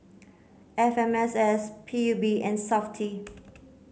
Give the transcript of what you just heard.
F M S S P U B and SAFTI